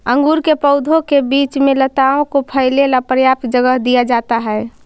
अंगूर के पौधों के बीच में लताओं को फैले ला पर्याप्त जगह दिया जाता है